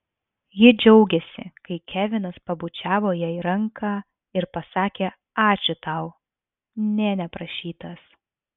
ji džiaugėsi kai kevinas pabučiavo jai ranką ir pasakė ačiū tau nė neprašytas